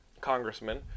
congressman